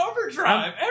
overdrive